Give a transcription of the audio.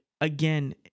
again